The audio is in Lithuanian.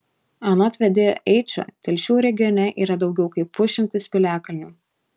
anot vedėjo eičo telšių regione yra daugiau kaip pusšimtis piliakalnių